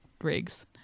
rigs